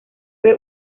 fue